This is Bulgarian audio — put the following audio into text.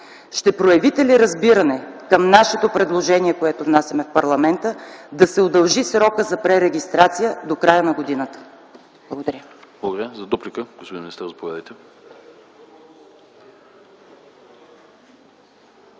Ще проявите ли разбиране към нашето предложение, което внасяме в парламента, да се удължи срокът за пререгистрация до края на годината? Благодаря.